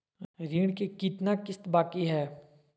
ऋण के कितना किस्त बाकी है?